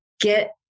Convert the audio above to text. get